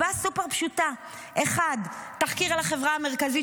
מסיבה סופר-פשוטה: תחקיר על החברה המרכזית